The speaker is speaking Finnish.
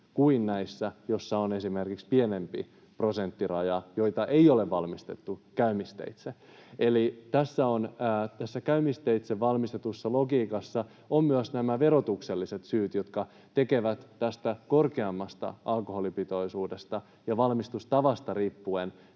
kuin niitä, joissa on esimerkiksi pienempi prosenttiraja ja joita ei ole valmistettu käymisteitse. Eli tässä käymisteitse valmistamisen logiikassa on myös nämä verotukselliset syyt, jotka tekevät tästä korkeammasta alkoholipitoisuudesta ja valmistustavasta riippuen